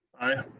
aye.